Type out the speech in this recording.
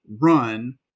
run